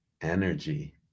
Energy